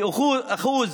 כי אחוז